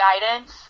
guidance